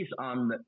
on